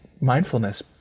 mindfulness